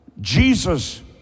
Jesus